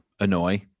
annoy